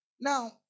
Now